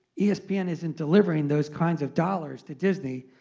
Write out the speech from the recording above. yeah espn isn't delivering those kinds of dollars to disney.